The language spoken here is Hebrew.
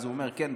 והוא אמר: כן,